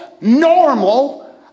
normal